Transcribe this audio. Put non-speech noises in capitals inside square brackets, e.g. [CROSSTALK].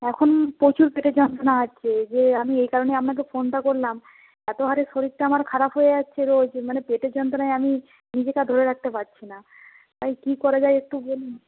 এখন প্রচুর পেটের যন্ত্রণা [UNINTELLIGIBLE] যে আমি এই কারণেই আপনাকে ফোনটা করলাম এত হারে শরীরটা আমার খারাপ হয়ে যাচ্ছে রোজ মানে পেটের যন্ত্রণায় আমি নিজেকে আর ধরে রাখতে পারছি না তাই কী করা যায় একটু বলুন